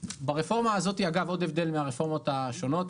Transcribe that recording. ברפורמה הזאת, אגב, עוד הבדל מהרפורמות השונות,